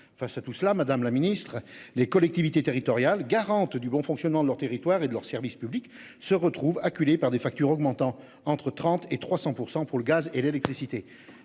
Face à tout cela. Madame la ministre des collectivités territoriales, garante du bon fonctionnement de leur territoire et de leurs services publics se retrouve acculés par des factures augmentant entre 30 et 300% pour le gaz et l'électricité.